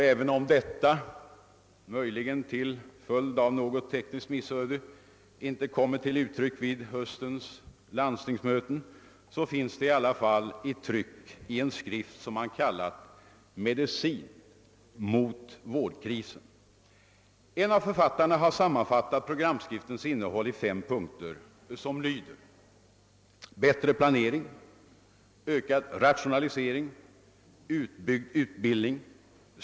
även om detta — möjligen till följd av något tek niskt missöde — icke kommit till uttryck vid höstens landstingsmöten, finns det i tryck i en skrift som kallats »Medicin mot vårdkrisen». En av författarna har sammanfattat programskriftens innehåll i fem punkter: 1. Bättre planering. 2. Ökad rationalisering. 3. Utbyggd utbildning. 4.